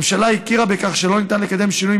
הממשלה הכירה בכך שלא ניתן לקדם שינוי